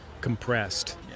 compressed